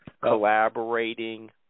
Collaborating